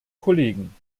kollegen